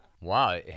Wow